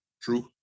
True